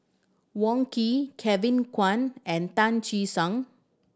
Wong Keen Kevin Kwan and Tan Che Sang